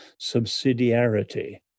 subsidiarity